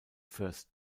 first